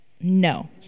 no